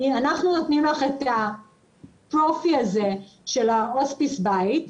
אנחנו נותנים לך את הפרופי הזה של ההוספיס בית,